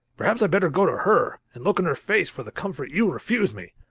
perhaps i'd better go to her, and look in her face for the comfort you refuse me.